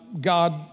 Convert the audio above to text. God